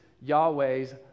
Yahweh's